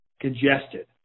congested